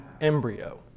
embryo